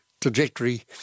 trajectory